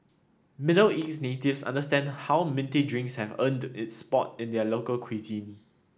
Middle East natives understand how minty drinks have earned its spot in their local cuisine